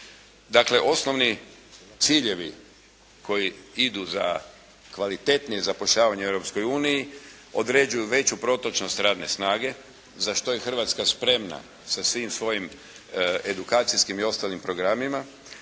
Dakle, osnovni ciljevi koji idu za kvalitetnije zapošljavanje u Europskoj uniji određuju veću protočnost radne snage za što je Hrvatska spremna sa svim svojim edukacijskim i ostalim programima,